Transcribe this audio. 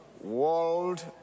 World